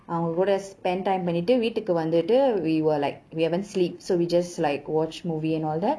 அவங்க கூட:avanga kuda spend time பண்ணிட்டு வீட்டுக்கு வந்துட்டு:pannittu veetukku vanthuttu we were like we haven't sleep so we just like watch movie and all that